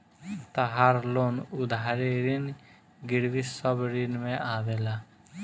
तहार लोन उधारी ऋण गिरवी सब ऋण में आवेला